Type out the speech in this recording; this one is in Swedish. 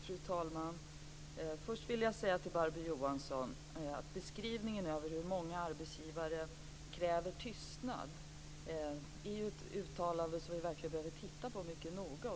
Fru talman! Först vill jag säga till Barbro Johansson att beskrivningen att många arbetsgivare kräver tystnad är ett uttalande som vi verkligen behöver titta på mycket noga.